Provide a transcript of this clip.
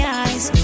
eyes